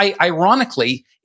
ironically